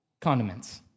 Condiments